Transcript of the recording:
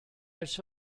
ers